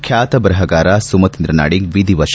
ಖ್ಯಾತ ಬರಹಗಾರ ಸುಮತೀಂದ್ರ ನಾಡಿಗ್ ವಿಧಿವಶ